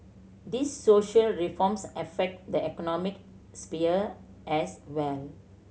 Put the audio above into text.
these social reforms affect the economic sphere as well